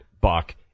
buck